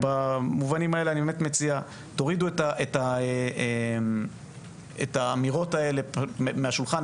אני מציע: תורידו את האמירות האלה מהשולחן.